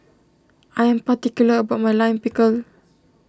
I am particular about my Lime Pickle